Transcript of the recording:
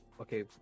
okay